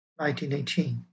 1918